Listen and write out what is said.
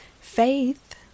Faith